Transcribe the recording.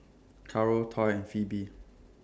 Caro Toy and Phebe